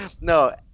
No